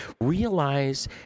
Realize